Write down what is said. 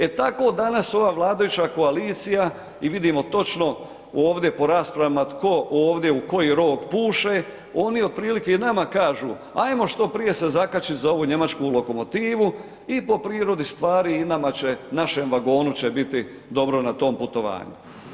E tako danas ova vladajuća koalicija i vidimo točno ovdje po raspravama tko ovdje u koji rog puše, oni otprilike i nama kažu ajmo što prije se zakačit za ovu njemačku lokomotivu i po prirodi stvari i našem vagonu će biti dobro na tom putovanju.